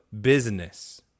business